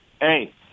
hey